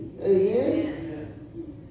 Amen